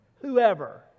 whoever